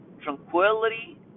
tranquility